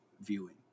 viewing